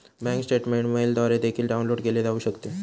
bank statement मेलद्वारे देखील download केले जाऊ शकते